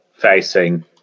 facing